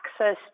access